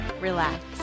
relax